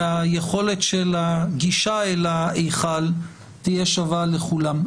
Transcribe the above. והיכולת של הגישה אל ההיכל תהיה שווה לכולם.